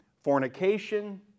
fornication